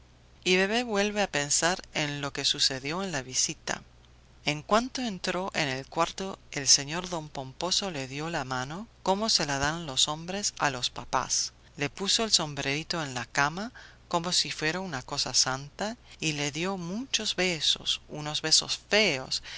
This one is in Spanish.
y bebé vuelve a pensar en lo sucedió en la visita en cuanto entró en el cuarto el señor don pomposo le dio la mano como se la dan los hombres a los papás le puso el sombrerito en la cama como si fuera una cosa santa y le dio muchos besos unos besos feos